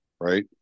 right